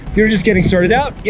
you're just getting started out, yeah